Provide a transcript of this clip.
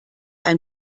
ein